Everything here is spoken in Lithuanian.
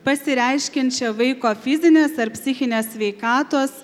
pasireiškiančią vaiko fizinės ar psichinės sveikatos